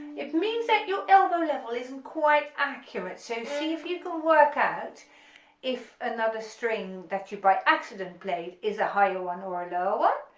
it means that your elbow level isn't quite accurate so see if you can work out if another string that you by accident play is a higher one or a lower